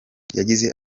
yagize